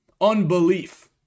unbelief